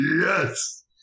Yes